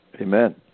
Amen